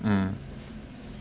mm